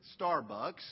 Starbucks